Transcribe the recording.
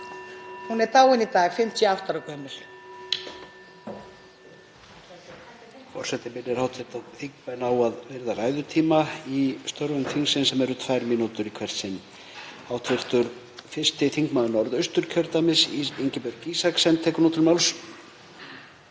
Hún er dáin í dag, 58 ára gömul.